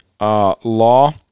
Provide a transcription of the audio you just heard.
law